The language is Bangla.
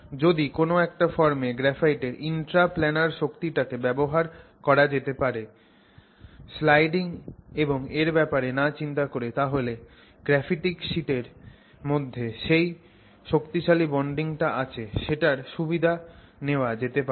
যদি কোন একটা ফর্মে গ্রাফাইটের ইন্ট্রা প্লানার শক্তিটাকে ব্যবহার করা যেতে পারে স্লাইডিং এর ব্যাপারে না চিন্তা করে তাহলে গ্রাফিটিক শিটের মধ্যে যেই শক্তিশালী বন্ডিংটা আছে সেটার সুবিধা নেওয়া যেতে পারে